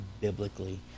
biblically